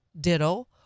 ditto